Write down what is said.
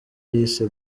yise